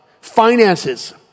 finances